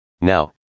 Now